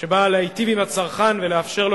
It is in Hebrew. שבאה להיטיב עם הצרכן ולאפשר לו